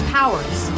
powers